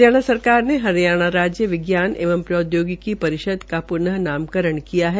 हरियाणा सरकार ने हरियाणा राज्य विज्ञान एवं प्रौद्योगिकी परिषद का पूनः नामकरण किया है